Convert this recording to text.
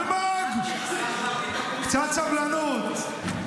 אלמוג, קצת סבלנות.